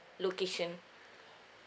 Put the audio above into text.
location